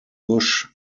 busch